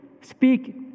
speak